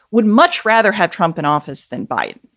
would much rather have trump in office than biden,